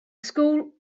school